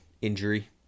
injury